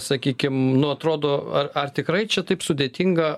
sakykim nu atrodo ar ar tikrai čia taip sudėtinga